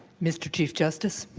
mr. chief justice